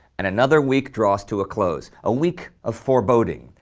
and another week draws to a close, a week of foreboding.